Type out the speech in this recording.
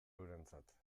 eurentzat